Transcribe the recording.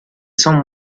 son